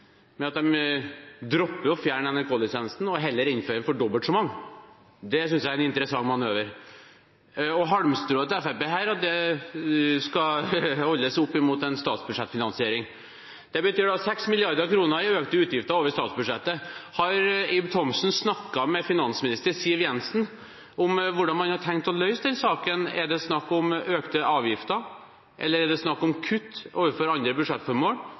å droppe å fjerne NRK-lisensen og heller innføre den for dobbelt så mange. Det synes jeg er en interessant manøver. Halmstrået til Fremskrittspartiet er at det skal holdes opp mot en statsbudsjettfinansiering. Det betyr 6 mrd. kr i økte utgifter over statsbudsjettet. Har Ib Thomsen snakket med finansminister Siv Jensen om hvordan man har tenkt å løse den saken? Er det snakk om økte avgifter, er det snakk om kutt i andre budsjettformål,